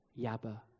Yabba